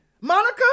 Monica